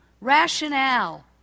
rationale